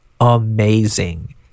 amazing